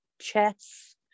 chess